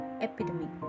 epidemic